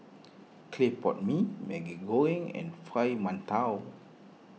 Clay Pot Mee Maggi Goreng and Fried Mantou